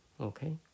Okay